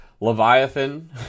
Leviathan